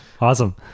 Awesome